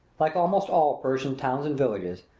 like almost all persian towns and villages,